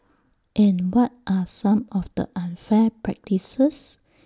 and what are some of the unfair practices